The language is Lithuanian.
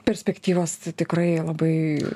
perspektyvos tikrai labai